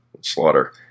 slaughter